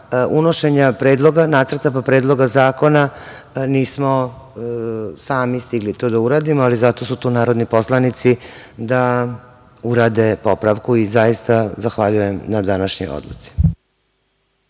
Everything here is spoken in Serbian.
unošenja nacrta, pa predloga zakona nismo sami stigli to da uradimo, ali zato su tu narodni poslanici da urade popravku i zaista zahvaljujem na današnjoj odluci.